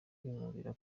binubira